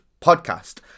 podcast